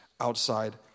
outside